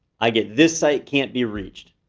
i get, this site can't be reached.